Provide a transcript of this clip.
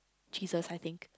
Jesus I think